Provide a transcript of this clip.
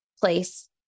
place